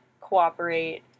cooperate